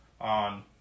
on